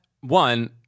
one